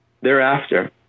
Thereafter